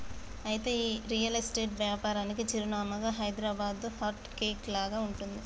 అయితే ఈ real estate వ్యాపారానికి చిరునామాగా హైదరాబాదు హార్ట్ కేక్ లాగా ఉంటుంది